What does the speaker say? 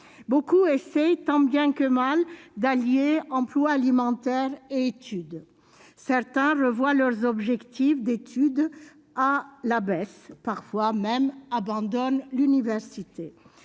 Beaucoup essayent, tant bien que mal, d'allier emploi alimentaire et études. Certains revoient leurs objectifs d'études à la baisse, parfois même abandonnent l'université.